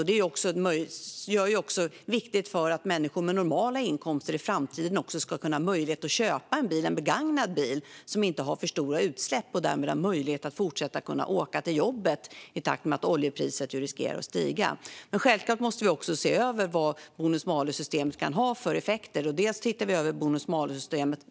Det är även viktigt för att människor med normala inkomster i framtiden ska ha möjlighet att köpa en bil, en begagnad bil som inte har för stora utsläpp, och därmed kunna fortsätta åka till jobbet när oljepriset riskerar att stiga. Men självklart måste vi se över vad bonus-malus-systemet kan ha för effekter.